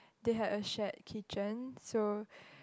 they had a shared kitchen so